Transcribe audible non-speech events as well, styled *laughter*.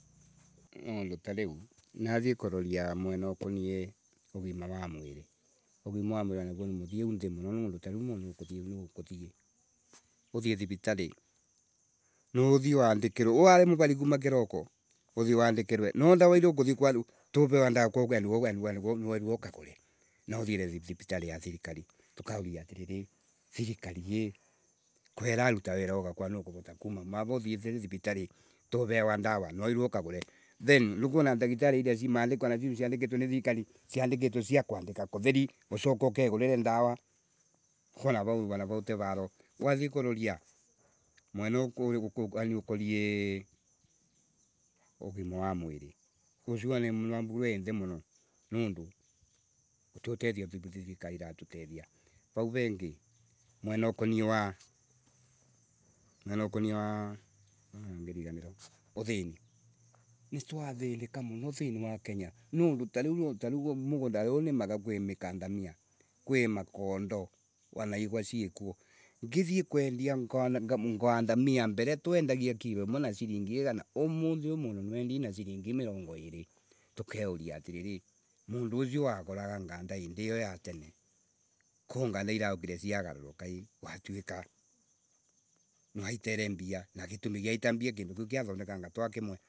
*noise* nundu tariu, nathii kuroria mwena ukonie ugima wa mwiri, ugima wa mwiri anaguo nimuthiu thi muno niundu, tariu mundu kuthii na ukuthii, uthii riritari, ni uthii wandikirwe, ware muvari kuma kiraoko, uthii wandikirwe, no dawa iria kuthii kwa turewa dawa ko- u- ko nuwerirwe ukagure na wathii riritari ya thirikari turauria ri, thirikari I, ko iraruta wira u ugakorwa ni ukurota kuma kava uthiite thivitari na turewa dawa Nwawirirwe ukagure. Then, nuukwona ndakitari iria mandiiciandikitwe anacio ni thirikari, aandikitw cia kwandika kutheri, ucoke ukegurire ndawa Nokwona anarau, ti raru kuroria, mwena uo, kuri nuukorie, ugima wa mwi ucio nwambogire wi thi muno gutigutethia, thirikari iratotethia. Vau vengi mwena ukone wamwena ukonie wa tene ngiriganirwa uthini. Nitwathinika muno thiini wa Kenya niundu tariu mugondari huyu nimaga, kwi macadamia, kwi makondo, wana igwa ciikuo. Ngithii kwendia nganda twendagia mbere kilo imwe na siringi igana, umuthi uu mundu nwaendire na siringi mirongo iri. Tukeuria atiriri mundu ucio wa guraga nganda indiyo wa tene, ko nganda iraukire ciagaruruko I, gwa tuika nwa itere mbia Na gitum kyai ta anga kindu kiu kiathondeka ti kimwe